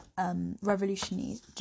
revolutionaries